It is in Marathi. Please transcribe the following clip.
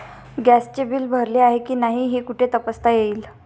गॅसचे बिल भरले आहे की नाही हे कुठे तपासता येईल?